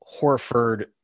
Horford